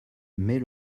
mais